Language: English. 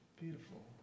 Beautiful